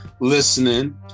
listening